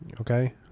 okay